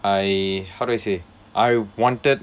I how do I say I wanted